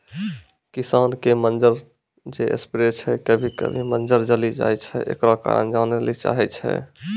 किसान आम के मंजर जे स्प्रे छैय कभी कभी मंजर जली जाय छैय, एकरो कारण जाने ली चाहेय छैय?